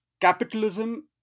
capitalism